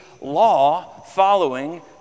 law-following